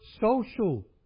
social